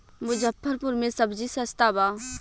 मुजफ्फरपुर में सबजी सस्ता बा